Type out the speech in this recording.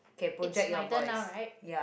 it's my turn now right